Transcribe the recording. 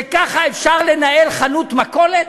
ככה אפשר לנהל חנות מכולת?